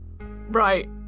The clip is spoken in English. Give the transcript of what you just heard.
right